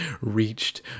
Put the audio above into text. reached